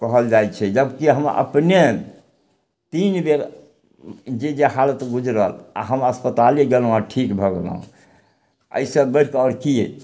कहल जाइ छै जबकि हम अपने तीन बेर जे जे हालत गुजरल आओर हम अस्पताले गेलहुँ आओर ठीक भऽ गेलहुँ अइसँ बढ़िके आओर की अइ